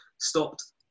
stopped